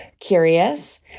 curious